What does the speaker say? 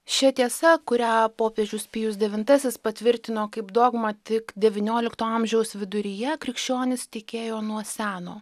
šia tiesa kurią popiežius pijus devintasis patvirtino kaip dogmą tik devyniolikto amžiaus viduryje krikščionys tikėjo nuo seno